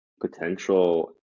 potential